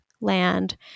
land